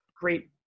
great